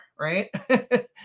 Right